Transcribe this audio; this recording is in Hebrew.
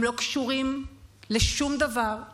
הם לא קשורים לשום דבר,